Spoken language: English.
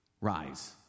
rise